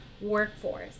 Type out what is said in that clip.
workforce